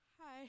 Hi